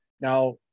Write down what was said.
Now